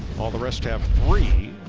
all the rest have three.